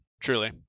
Truly